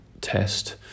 test